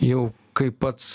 jau kaip pats